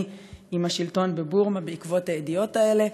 עם השלטון בבורמה בעקבות הידיעות האלה.